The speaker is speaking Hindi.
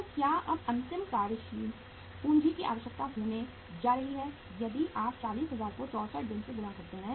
तो क्या अब अंतिम कार्यशील पूंजी की आवश्यकता होने जा रही है यदि आप 40000 को 64 दिनों से गुणा कर रहे हैं